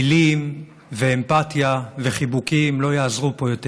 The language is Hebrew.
מילים ואמפתיה וחיבוקים לא יעזרו פה יותר.